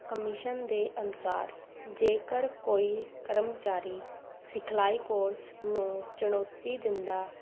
commission ਦੇ ਅਨੁਸਾਰ ਜੇਕਰ ਕੋਈ ਕਰਮਚਾਰੀ ਸਿਖਲਾਈ ਕੋਰਸ ਨੂੰ ਚੁਣੌਤੀ ਦਿੰਦਾ